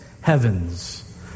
heavens